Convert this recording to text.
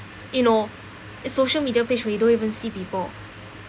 you know social media page we don't even see people